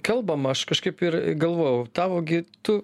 kalbam aš kažkaip ir galvojau tavo gi tu